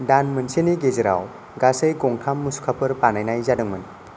दान मोनसेनि गेजेराव गासै गंथाम मुसुखाफोर बानायनाय जादोंमोन